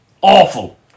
awful